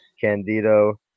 Candido